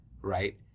right